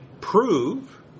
prove